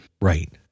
Right